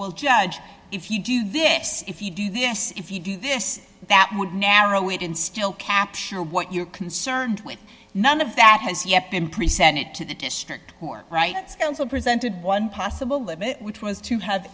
will judge if you do this if you do this if you do this that would narrow it in still capture what you're concerned with none of that has yet been presented to the district who are rights council presented one possible limit which was to have